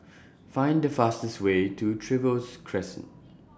Find The fastest Way to Trevose Crescent